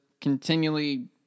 continually